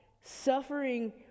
suffering